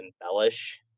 embellish